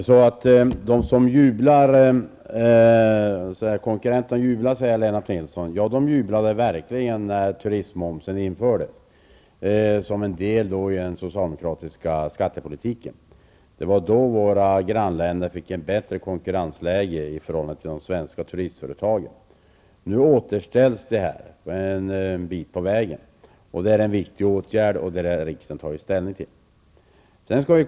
Herr talman! Lennart Nilsson säger att konkurrenterna jublar. De jublade verkligen när turistmomsen infördes som en del av den socialdemokratiska skattepolitiken. Det var då våra grannländer fick ett bättre konkurrensläge i förhållande till de svenska turistföretagen. Nu återställs situationen, och vi har kommit en bit på vägen. Det är en viktig åtgärd, och riksdagen har tagit ställning.